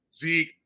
Zeke